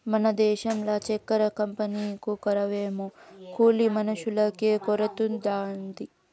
మన దేశంల చక్కెర కంపెనీకు కొరవేమో కూలి మనుషులకే కొరతుండాది